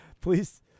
Please